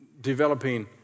developing